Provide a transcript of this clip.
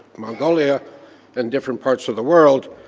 mongolia and different parts of the world,